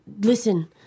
Listen